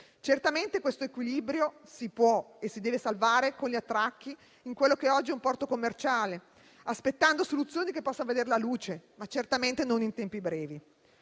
Certamente questo equilibrio si può e si deve salvare con gli attracchi in quello che oggi è un porto commerciale, aspettando soluzioni che possono vedere la luce, ma certamente non in tempi brevi.